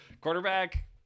Quarterback